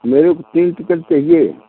मेरे को तीन टिकट चाहिए